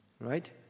Right